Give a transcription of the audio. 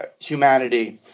humanity